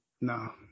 No